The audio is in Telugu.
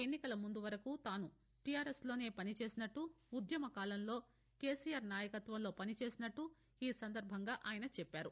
ఎన్నికల ముందు వరకు తాను టీఆర్ఎస్లోనే పనిచేసిన్నట్లు ఉద్యమ కాలంలో కేసీఆర్ నాయకత్వంలో పనిచేసినట్లు ఈ సందర్బంగా ఆయన చెప్పారు